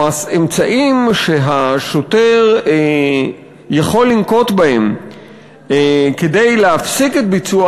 האמצעים שהשוטר יכול לנקוט כדי להפסיק את ביצוע